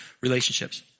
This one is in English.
relationships